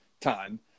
time